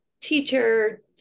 teacher